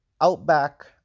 Outback